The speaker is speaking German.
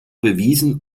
bewiesen